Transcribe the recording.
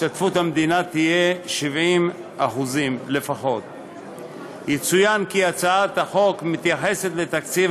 השתתפות המדינה תהיה 70%. יצוין כי הצעת החוק מתייחסת לתקציב